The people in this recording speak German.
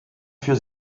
für